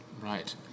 Right